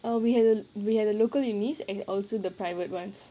err we ha~ we had the local universities and also the private ones